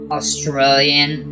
Australian